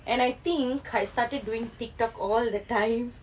and I think I started doing Tiktok all the time